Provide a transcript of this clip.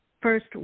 first